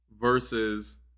versus